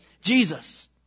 Jesus